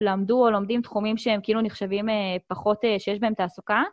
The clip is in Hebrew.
למדו או לומדים תחומים שהם כאילו נחשבים פחות שיש בהם תעסוקה?